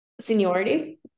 seniority